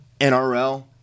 NRL